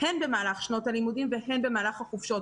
הן במהלך שנת הלימודים והן במהלך החופשות.